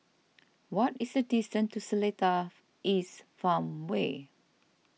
what is the distance to Seletar East Farmway